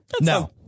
No